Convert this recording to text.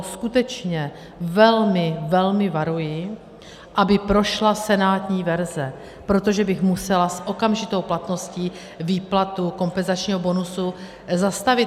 Skutečně velmi, velmi varuji, aby prošla senátní verze, protože bych musela s okamžitou platností výplatu kompenzačního bonusu zastavit.